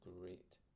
great